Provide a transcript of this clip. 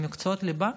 למקצועות ליבה.